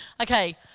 Okay